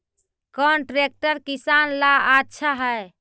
कौन ट्रैक्टर किसान ला आछा है?